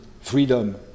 freedom